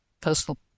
personal